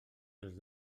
els